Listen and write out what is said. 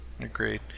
Agreed